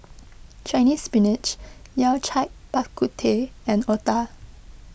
Chinese Spinach Yao Cai Bak Kut Teh and Otah